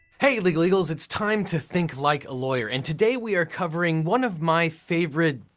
hey legal eagles! it's time to think like a lawyer. and today, we are covering one of my favorite,